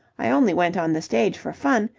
i only went on the stage for fun,